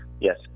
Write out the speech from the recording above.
yes